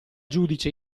giudice